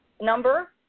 number